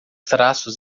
traços